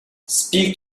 speak